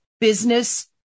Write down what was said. business